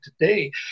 today